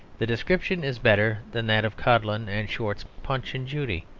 the description is better than that of codlin and short's punch and judy,